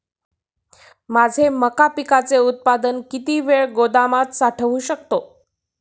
माझे मका पिकाचे उत्पादन किती वेळ गोदामात साठवू शकतो?